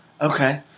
Okay